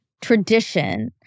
tradition